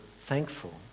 thankful